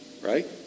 right